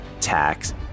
tax